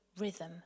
rhythm